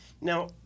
now